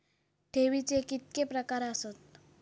ठेवीचे कितके प्रकार आसत?